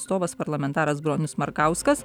atstovas parlamentaras bronius markauskas